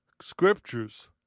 scriptures